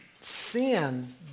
sin